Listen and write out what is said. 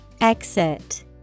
Exit